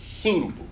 suitable